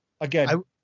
again